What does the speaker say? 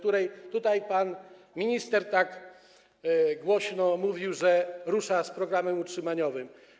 Tutaj pan minister tak głośno mówił, że rusza z programem utrzymaniowym.